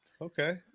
Okay